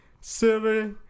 Silly